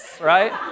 right